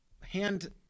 hand